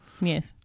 Yes